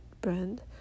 brand